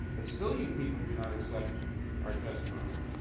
but still, you people do not accept our testimony.